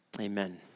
Amen